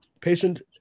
patient